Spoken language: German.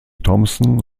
thomson